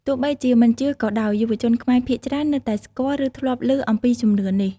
ទោះបីជាមិនជឿក៏ដោយ យុវជនខ្មែរភាគច្រើននៅតែស្គាល់ ឬធ្លាប់លឺអំពីជំនឿនេះ។